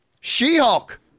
She-Hulk